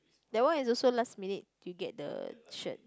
that one is also last minute you get the T-shirt